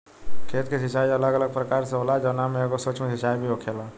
खेत के सिचाई अलग अलग प्रकार से होला जवना में एगो सूक्ष्म सिंचाई भी होखेला